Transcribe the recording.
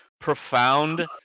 profound